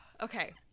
okay